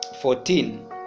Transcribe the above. fourteen